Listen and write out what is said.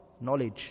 knowledge